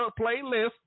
playlist